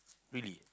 really